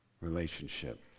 relationship